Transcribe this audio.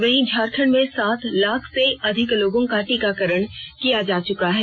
वहीं झारखंड में सात लाख से अधिक लोगों का टीकाकरण किया जा चुका है